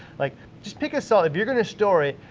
like just pick a salt if you're gonna to store it,